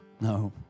No